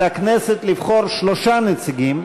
על הכנסת לבחור שלושה נציגים,